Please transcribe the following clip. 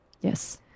Yes